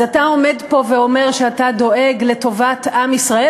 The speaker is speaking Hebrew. אז אתה עומד פה ואומר שאתה דואג לטובת עם ישראל,